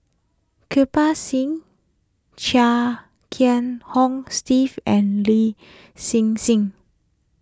Kirpal Singh Chia Kiah Hong Steve and Lin Hsin Hsin